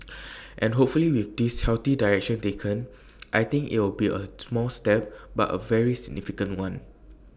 and hopefully with this healthy direction taken I think it'll be A small step but A very significant one